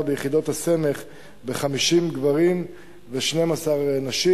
מדובר ביחידות הסמך ב-50 גברים ו-12 נשים.